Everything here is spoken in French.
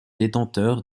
détenteur